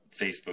Facebook